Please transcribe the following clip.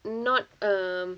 not um